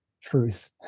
truth